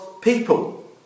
people